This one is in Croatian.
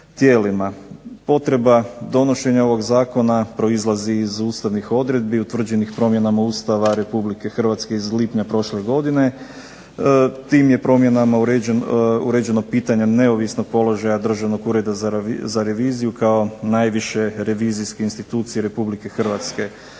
Potreba donošenja ovog Zakona proizlazi iz ustavnih odredbi utvrđenih promjenama Ustava Republike Hrvatske iz lipnja prošle godine. Tim je promjenama uređeno pitanje neovisnog položaja Državnog ureda za reviziju kao najviše revizijske institucije Republike Hrvatske, a